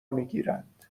میگیرند